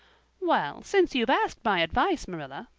well, since you've asked my advice, marilla,